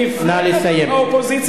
נא לסיים.